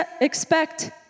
expect